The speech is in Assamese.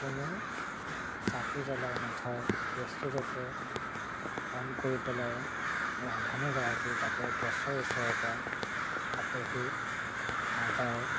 কোনো চাকি জ্বলাই নথয় গেছটো যাতে অন কৰি পেলাই ৰান্ধনিগৰাকীয়ে যাতে গেছৰ ওচৰৰ পৰা আঁতৰি নাযায়